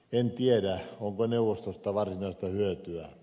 en tiedä onko neuvostosta varsinaista hyötyä